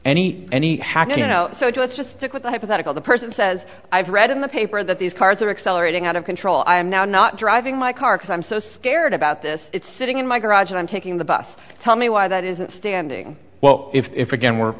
any hack you know so it's just stick with the hypothetical the person says i've read in the paper that these cars are accelerating out of control i'm now not driving my car because i'm so scared about this it's sitting in my garage and i'm taking the bus tell me why that isn't standing well if again we're